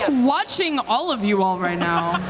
and watching all of you all right now.